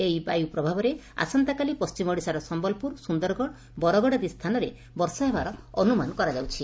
ଏହି ବାୟ ପ୍ରଭାବରେ ଆସନ୍ତାକାଲି ପଣ୍ଟିମ ଓଡ଼ିଶାର ସମ୍ୟଲପୁର ସ୍ର ବରଗଡ଼ ଆଦି ସ୍ଥାନରେ ବର୍ଷା ହେବାର ଅନୁମାନ କରାଯାଇଛି